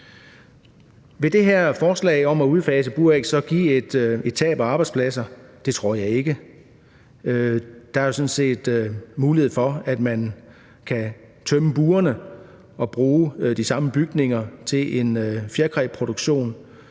Vil det her forslag om at udfase buræg så give et tab af arbejdspladser? Det tror jeg ikke. Der er jo sådan set mulighed for, at man kan tømme burene og bruge de samme bygninger til en fjerkræproduktion.